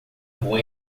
rua